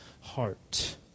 heart